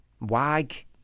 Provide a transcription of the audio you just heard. wag